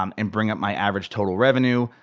um and bring up my average total revenue,